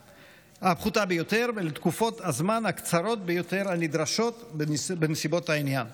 ביותר ולתקופות הזמן הקצרות ביותר הנדרשות בנסיבות העניין,